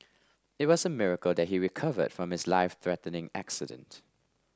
it was a miracle that he recovered from his life threatening accident